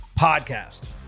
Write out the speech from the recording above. podcast